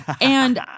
and-